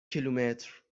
کیلومتر